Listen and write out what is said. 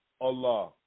Allah